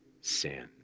sin